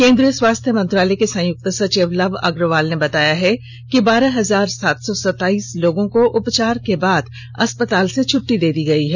केन्द्रीय स्वास्थ्य मंत्रालय के संयुक्त सचिव लव अग्रवाल ने बताया है कि बारह हजार सात सौ सताईस लोगों को उपचार के बाद अस्पताल से छटटी दे दी गई है